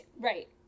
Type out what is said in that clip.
Right